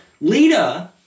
Lita